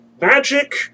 Magic